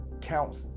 counts